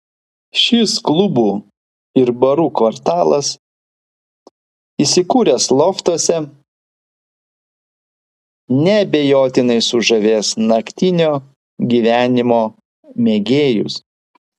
šis klubų ir barų kvartalas įsikūręs loftuose neabejotinai sužavės naktinio gyvenimo mėgėjus